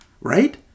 right